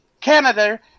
Canada